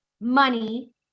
money